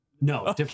No